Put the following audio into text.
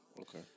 Okay